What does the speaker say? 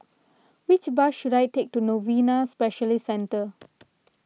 which bus should I take to Novena Specialist Centre